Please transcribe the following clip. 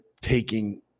taking